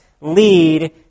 lead